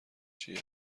چیه